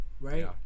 right